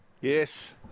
Yes